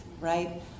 right